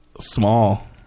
small